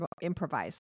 improvise